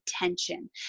attention